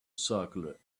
circular